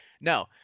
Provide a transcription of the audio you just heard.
No